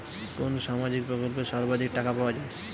কোন সামাজিক প্রকল্পে সর্বাধিক টাকা পাওয়া য়ায়?